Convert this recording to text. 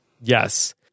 Yes